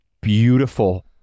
beautiful